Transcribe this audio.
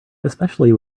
especially